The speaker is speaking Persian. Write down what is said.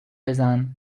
بزن